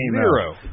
Zero